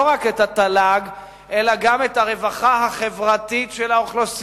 לא רק את התל"ג אלא גם את הרווחה החברתית של האוכלוסייה.